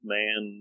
man